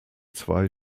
zwei